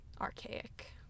Archaic